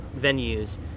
venues